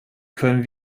können